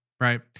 right